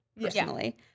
personally